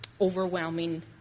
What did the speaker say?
overwhelming